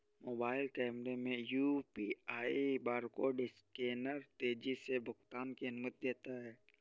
mobile कैमरे में UPI barcode scanner तेजी से भुगतान की अनुमति देता है